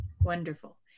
Wonderful